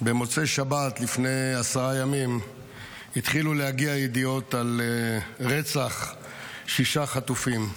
במוצאי שבת לפני עשרה ימים התחילו להגיע ידיעות על רצח שישה חטופים.